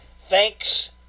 thanks